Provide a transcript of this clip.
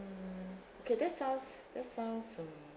okay that sounds that sounds um